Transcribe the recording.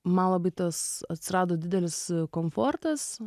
man labai tas atsirado didelis komfortas